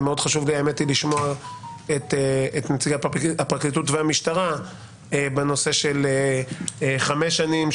מאוד חשוב לי לשמוע את נציגי הפרקליטות והמשטרה בנושא של חמש שנים,